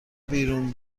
بیرون